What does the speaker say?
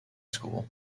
school